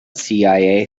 cia